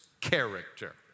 Character